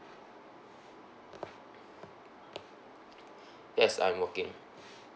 yes I'm working